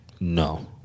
No